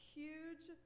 huge